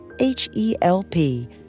H-E-L-P